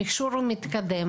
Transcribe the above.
המכשור הוא מתקדם,